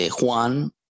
Juan